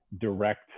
direct